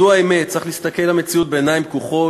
זו האמת, וצריך להסתכל על המציאות בעיניים פקוחות.